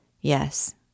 Yes